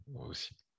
aussi